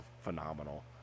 phenomenal